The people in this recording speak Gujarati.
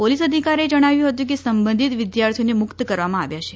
પોલીસ અધિકારીએ જણાવ્યું હતું કે સંબંધીત વિદ્યાર્થીઓને મુક્ત કરવામાં આવ્યા છે